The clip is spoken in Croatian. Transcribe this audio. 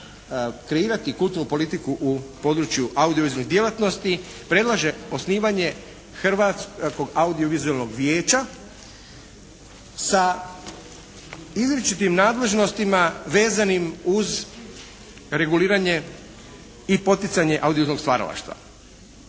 kreirati kulturnu politiku u području audio-vizualnih djelatnosti predlaže osnivanje Hrvatskog audiovizualnog vijeća sa izričitim nadležnostima vezanim uz reguliranje i poticanje audiovizualnog stvaralaštva.